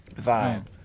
vibe